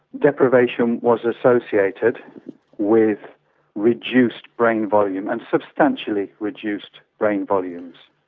deprivation was associated with reduced brain volume, and substantially reduced brain volumes.